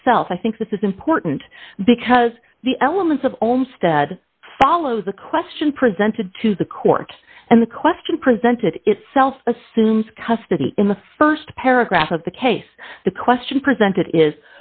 itself i think this is important because the elements of own stead follows the question presented to the court and the question presented itself assumes custody in the st paragraph of the case the question presented is